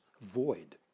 void